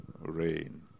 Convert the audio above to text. rain